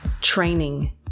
training